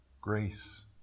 Grace